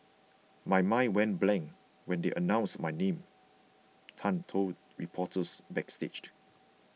my mind went blank when they announced my name Tan told reporters backstage